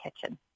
kitchen